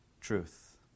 truth